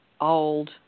old